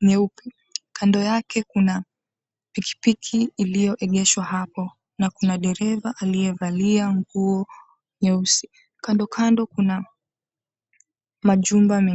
nyeupe, kando yake kuna pikipiki iliyoegeshwa hapo na kuna dereva aliyevalia nguo nyeusi. Kando kando kuna majumba mengi.